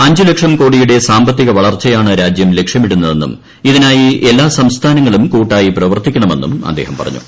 അഞ്ച് ലക്ഷം കോടിയുടെ സാമ്പത്തിക വളർച്ചയാണ് രാജ്യം ലക്ഷ്യമിടുന്നതെന്നും ഇതിനായി എല്ലാ സംസ്ഥാനങ്ങളും കൂട്ടായി പ്രവർത്തിക്കണമെന്നും അദ്ദേഹം പറഞ്ഞു